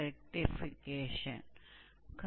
तो रेक्टीफिकेशन से क्या मतलब है